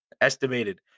Estimated